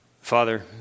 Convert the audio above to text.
Father